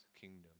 kingdom